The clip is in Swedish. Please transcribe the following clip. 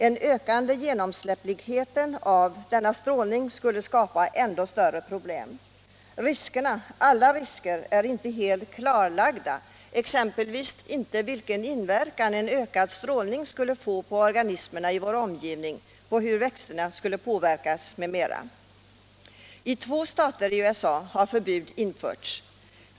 En ökad genomsläpplighet för denna strålning skulle skapa än större problem. Alla risker är inte helt klarlagda, exempelvis inte vilken inverkan en ökad strålning skulle få på organismerna i vår omgivning och hur växterna skulle påverkas. I två stater i USA har förbud införts.